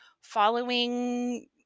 following